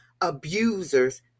abusers